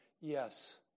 Yes